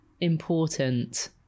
important